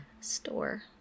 store